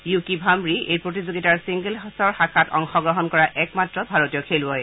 য়ুকি ভামি এই প্ৰতিযোগিতাৰ ছিংগল শাখাত অংশগ্ৰহণ কৰা একমাত্ৰ ভাৰতীয় খেলুবৈ